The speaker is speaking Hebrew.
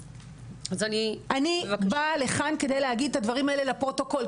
אני באה לכאן כדי להגיד את הדברים האלה לפרוטוקול,